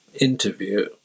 interview